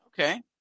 Okay